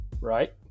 right